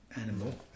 animal